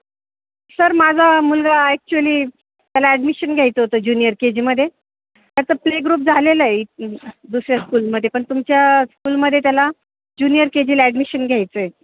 sir माझा मुलगा actually त्याला ॲडमिशन घ्यायचं होतं ज्युनिअर के जीमध्ये त्याचं प्ले ग्रुप झालेलं आहे दुसऱ्या स्कूलमध्ये पण तुमच्या स्कूलमध्ये त्याला जुनिअर के जीला ॲडमिशन घ्यायचं आहे